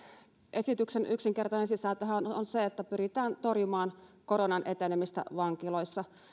esityksen yksinkertainen sisältöhän on se että pyritään torjumaan koronan etenemistä vankiloissa